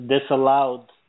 disallowed